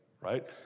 right